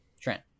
trent